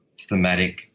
thematic